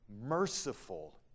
merciful